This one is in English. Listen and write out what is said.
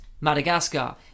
Madagascar